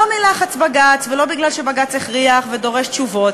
לא מלחץ בג"ץ ולא מפני שבג"ץ הכריח ודורש תשובות,